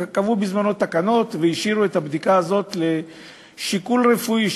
קבעו בזמנו תקנות והשאירו את הבדיקה הזאת לשיקול רפואי,